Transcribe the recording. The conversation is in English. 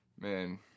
man